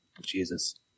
Jesus